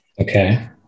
Okay